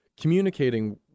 communicating